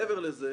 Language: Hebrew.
מעבר לזה,